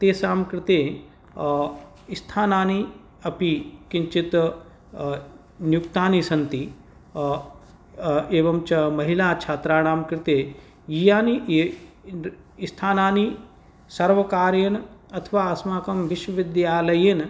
तेषां कृते स्थानानि अपि किञ्चित् नियुक्तानि सन्ति एवं च महिला छात्राणां कृते यानि स्थानानि सर्वकारेण अथवा अस्माकं विश्वविद्यालयेन